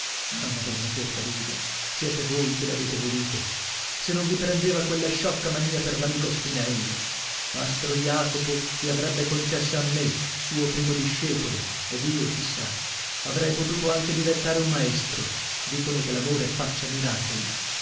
ah madonna fiordalisa siete voi che l'avete voluto se non vi prendeva quella sciocca mania per l'amico spinello mastro jacopo vi avrebbe concessa a me suo primo discepolo ed io chi sa avrei potuto anche diventare un maestro dicono che l'amore faccia miracoli